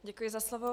Děkuji za slovo.